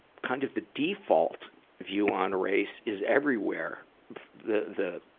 kind of the default view on race is everywhere the, the,